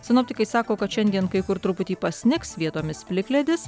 sinoptikai sako kad šiandien kai kur truputį pasnigs vietomis plikledis